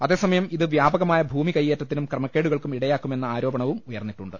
അതേസമയം ഇത് വ്യാപകമായ ഭൂമി കൈമാറ്റത്തിനും ക്രമക്കേടുകൾക്കും ഇടയാ ക്കുമെന്ന ആരോപണവും ഉയർന്നിട്ടുണ്ട്